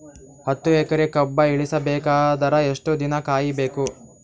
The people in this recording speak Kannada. ಹತ್ತು ಎಕರೆ ಕಬ್ಬ ಇಳಿಸ ಬೇಕಾದರ ಎಷ್ಟು ದಿನ ಕಾಯಿ ಬೇಕು?